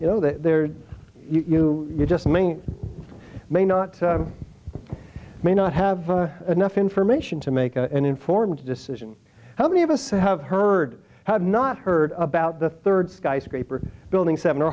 you know that you you're just making may not may not have enough information to make an informed decision how many of us have heard have not heard about the third skyscraper building seven or